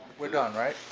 we're done. right?